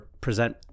present